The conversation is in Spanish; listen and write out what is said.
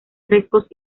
frescos